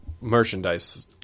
merchandise